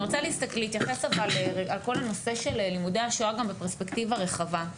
אני רוצה להתייחס לכל הנושא של לימודי השואה בפרספקטיבה רחבה.